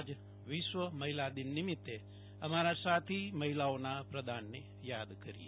આજ મહિલા દિન નિમિતે અમારા સાથી મહિલાઓના પ્રદાનને થાદ કરીએ